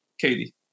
Katie